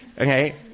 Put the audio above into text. Okay